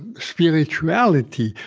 spirituality,